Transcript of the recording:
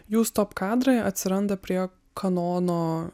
jų stop kadrai atsiranda prie kanono